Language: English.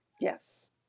Yes